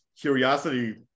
curiosity